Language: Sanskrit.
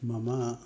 मम